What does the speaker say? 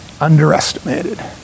underestimated